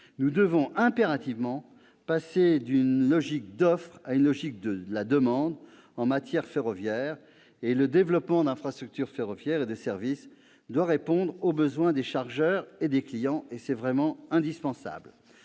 Nous devons impérativement passer d'une logique de l'offre à une logique de la demande en matière de fret ferroviaire. Le développement d'infrastructures ferroviaires et de services doit répondre aux besoins des chargeurs et des clients. Pour toutes ces